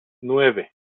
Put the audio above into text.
nueve